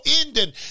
ending